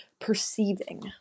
perceiving